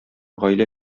гаилә